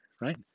right